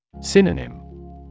Synonym